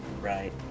right